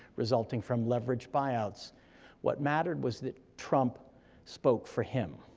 resulting from leveraged buyouts what mattered was that trump spoke for him.